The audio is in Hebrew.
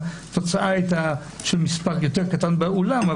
התוצאה הייתה של מספר יותר קטן באולם,